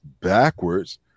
backwards